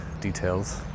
details